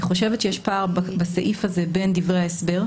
אני חושבת שיש פער בסעיף הזה בין דברי ההסבר,